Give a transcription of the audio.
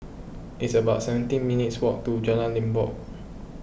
it's about seventeen minutes' walk to Jalan Limbok